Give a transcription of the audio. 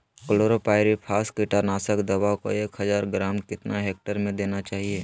Chlorpyrifos कीटनाशक दवा को एक हज़ार ग्राम कितना हेक्टेयर में देना चाहिए?